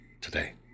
today